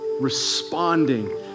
responding